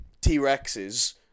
T-Rexes